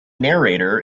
narrator